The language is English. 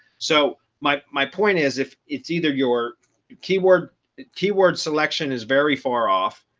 so my my point is, if it's either your keyword keyword selection is very far off,